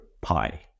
pi